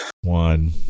one